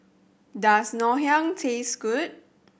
does Ngoh Hiang taste good